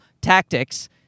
tactics